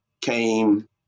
came